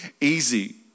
easy